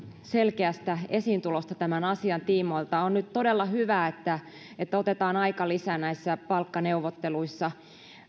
selkeästä esiintulosta tämän asian tiimoilta nyt on todella hyvä että että otetaan aikalisä näissä palkkaneuvotteluissa